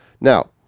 Now